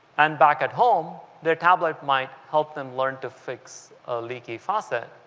and back at home, their tablet might help them learn to fix a leaky faucet